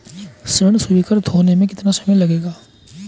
ऋण स्वीकृत होने में कितना समय लगेगा?